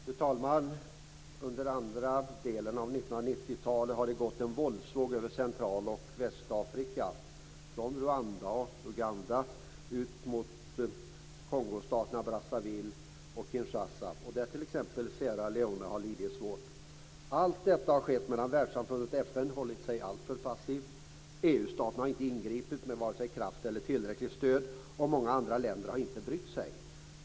Fru talman! Under andra delen av 1990-talet har det gått en våldsvåg över Central och Västafrika, från Rwanda och Uganda ut mot Kongostaterna Brazzaville och Kinshasa, där t.ex. Sierra Leone har lidit svårt. Allt detta har skett medan världssamfundet FN hållit sig alltför passivt. EU-staterna har inte ingripit med vare sig kraft eller tillräckligt stöd, och många andra länder har inte brytt sig.